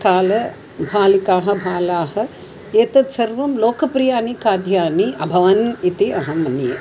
काले बालिकाः बालाः एतत् सर्वं लोकप्रियानि खाद्यानि अभवन् इति अहं मन्ये